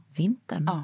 vintern